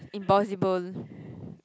impossible